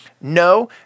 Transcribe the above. no